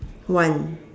one